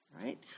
Right